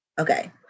Okay